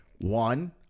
one